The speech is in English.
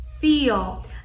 feel